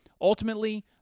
Ultimately